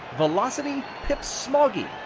velocity pips smoggy.